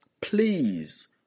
please